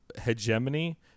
hegemony